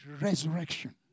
resurrection